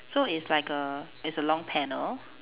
so it's like err it's a long panel